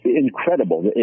Incredible